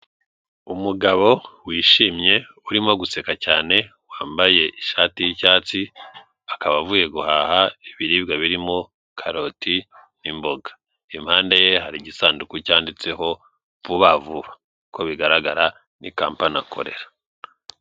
Umugabo wishimye urimo guseka cyane, wambaye ishati y'icyatsi, akaba avuye guhaha ibiribwa birimo karoti n'imboga, impande ye hari igisanduku cyanditseho vuba vuba, uko bigaragara ni kampani akorera.